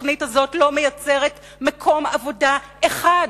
התוכנית הזאת לא מייצרת מקום עבודה אחד,